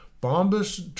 Bombus